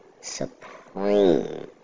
supreme